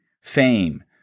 fame